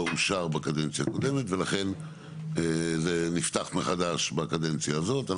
אושר בקדנציה הקודמת ולכן זה נפתח מחדש בקדנציה הזאת.